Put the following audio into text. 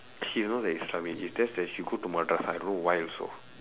she is not that islamic it's just that she go to madrasah I don't know why also